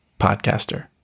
Podcaster